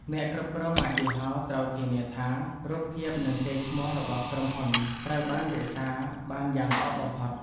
អ្នកគ្រប់គ្រងម៉ាកយីហោត្រូវធានាថា រូបភាពនិងកេរ្តិ៍ឈ្មោះរបស់ក្រុមហ៊ុនត្រូវបានរក្សាបានយ៉ាងល្អបំផុត។